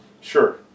Sure